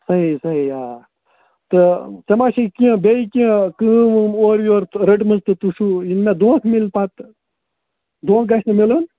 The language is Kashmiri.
صحیح صحیح آ تہٕ ژےٚ ما چھِ کیٚنٛہہ بیٚیہِ کیٚنٛہہ کٲم وٲم اورٕ یورٕ رٔٹمٕژ تہٕ تُہۍ چھُو یِنہٕ مےٚ دھوکہٕ میلہِ پَتہٕ دھوکہٕ گژھِ نہٕ میلُن